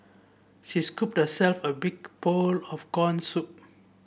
she scooped herself a big bowl of corn soup